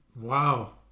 Wow